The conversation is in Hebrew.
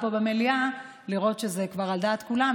פה במליאה לראות שזה כבר על דעת כולם,